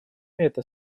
это